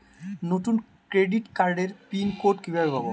নতুন ক্রেডিট কার্ডের pin code কিভাবে পাব?